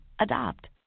Adopt